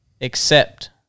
accept